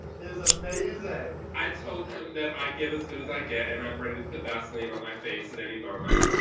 is amazing. i told him that i give as good as i get and i'm ready to put vaseline on my face at any moment.